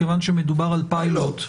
כיוון שמדובר בפילוט,